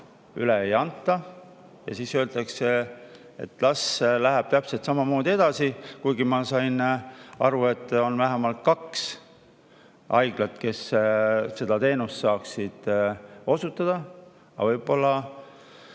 üle ei anta, ja siis öeldakse, et las läheb täpselt samamoodi edasi. Kuigi ma sain aru, et on vähemalt kaks haiglat, kes seda teenust saaksid osutada. Aga võib-olla